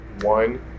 one